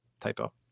typo